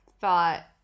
thought